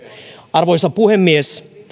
arvoisa puhemies